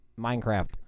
Minecraft